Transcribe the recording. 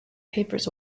papers